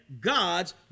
God's